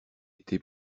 été